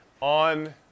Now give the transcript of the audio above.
on